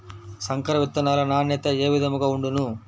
సంకర విత్తనాల నాణ్యత ఏ విధముగా ఉండును?